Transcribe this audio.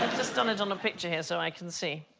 just done it on a picture here so i can see.